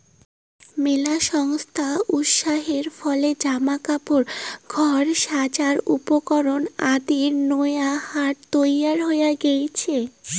মেলা সংস্থার উৎসাহের ফলে জামা কাপড়, ঘর সাজার উপকরণ আদির নয়া হাট তৈয়ার হয়া গেইচে